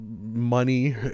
money